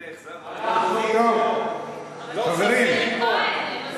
טוב, חברים, אנחנו לא זזים מפה.